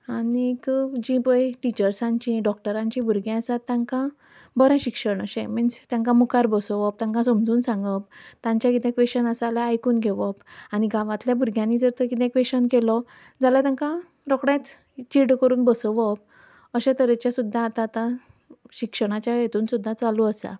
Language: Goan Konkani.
आनीक जीं पय टिचर्सांची डॉक्टरांचीं भुरगीं आसतात तांकां बरें शिक्षण अशें मिन्स तेंकां मुखार बसोवप तांकां समजून सांगप तांचें किदेंय क्वेशन आसा जाल्यार आयकून घेवप आनी गांवांतल्या भुरग्यांनी जर तर किदेंय क्वेशन केलो जाल्यार तेंकां रोकडेंच चिल्ड करून बसोवप अशे तरेचे सुद्दां आतां आतां शिक्षणाचें हितून सुद्दां चालू आसा